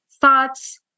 thoughts